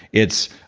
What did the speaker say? it's,